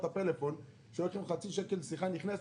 הפלאפון שהיו לוקחים חצי שקל לשיחה נכנסת,